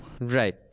Right